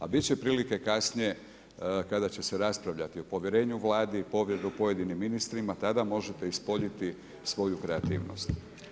A bit će prilike kasnije kada će se raspravljati o povjerenju Vladi, pojedinim ministrima tada možete ispoljiti svoju kreativnost.